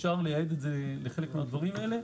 אפשר לייעד את זה לחלק מהדברים האלה.